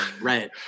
right